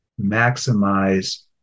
maximize